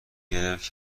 گرفت